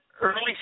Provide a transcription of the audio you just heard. early